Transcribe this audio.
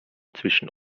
zwischen